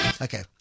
okay